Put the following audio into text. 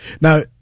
Now